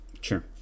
Sure